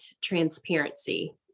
transparency